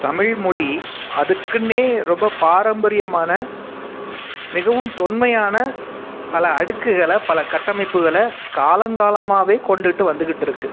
தமிழ்மொழி அதுக்குன்னே ரொம்ப பாரம்பரியமான மிகவும் தொன்மையான பல அடுக்குகளை பல கட்டமைப்புகளை காலம் காலமாகவே கொண்டுகிட்டு வந்துகிட்டுருக்கு